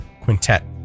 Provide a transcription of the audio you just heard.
quintet